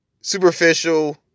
superficial